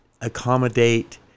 accommodate